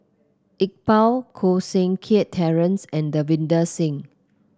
Iqbal Koh Seng Kiat Terence and Davinder Singh